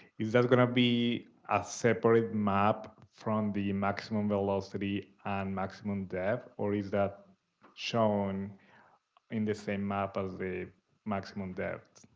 is that gonna be a separate map from the maximum velocity and maximum depth? or is that shown in the same map as the maximum depth?